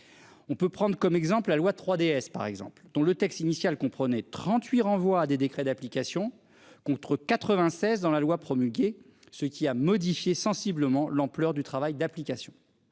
On peut prendre comme exemple la loi 3DS par exemple dont le texte initial comprenait 38 renvoient à des décrets d'application contre 96 dans la loi promulguée ce qui a modifié sensiblement l'ampleur du travail d'application.